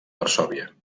varsòvia